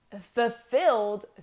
fulfilled